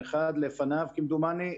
אחד לפניו כמדומני,